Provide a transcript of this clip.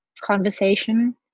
conversation